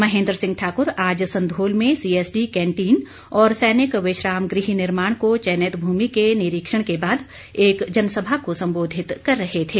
महेन्द्र सिंह ठाक्र आज संधोल में CSD canteen और सैनिक विश्राम गृह निर्माण को चयनित भूमि के निरीक्षण के बाद एक जनसभा को संबोधित कर रहे थे